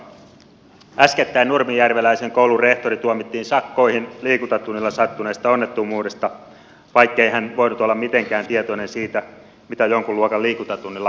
äskettäin nurmijärveläisen koulun rehtori tuomittiin sakkoihin liikuntatunnilla sattuneesta onnettomuudesta vaikkei hän voinut olla mitenkään tietoinen siitä mitä jonkun luokan liikuntatunnilla tapahtuu